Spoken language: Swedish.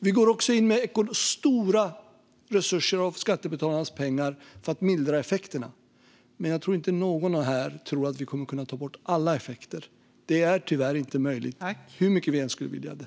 Vi går också in med stora resurser av skattebetalarnas pengar för att mildra effekterna, men jag tror inte att någon här tror att vi kommer att kunna ta bort alla effekter. Det är tyvärr inte möjligt, hur mycket vi än skulle vilja det.